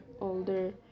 older